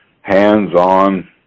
hands-on